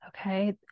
Okay